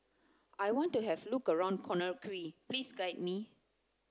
I want to have a look around Conakry please guide me